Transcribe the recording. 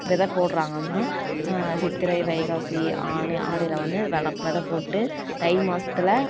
வெதை போட்டுறாங்கனா சித்திரை வைகாசி ஆனி ஆடியில் வந்து வெதை வெதைப்போட்டு தைமாசத்தில்